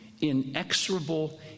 inexorable